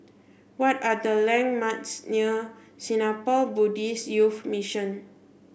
what are the landmarks near Singapore Buddhist Youth Mission